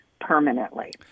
permanently